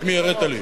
את מי הראית לי?